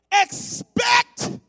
expect